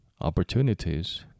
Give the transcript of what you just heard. opportunities